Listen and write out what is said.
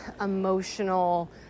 emotional